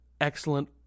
excellent